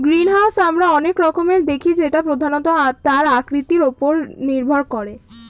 greenhouse আমরা অনেক রকমের দেখি যেটা প্রধানত তার আকৃতির ওপর নির্ভর করে